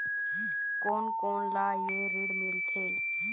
कोन कोन ला ये ऋण मिलथे?